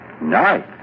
Nice